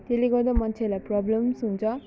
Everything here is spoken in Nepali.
त्यसले गर्दा मान्छेहरूलाई प्रब्लम्स हुन्छ